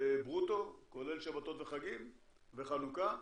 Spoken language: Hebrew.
ברוטו, כולל שבתות וחגים וחנוכה,